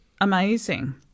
amazing